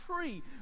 tree